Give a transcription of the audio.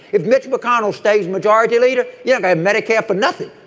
if mitch mcconnell stays majority leader. yeah and medicare for nothing.